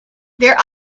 their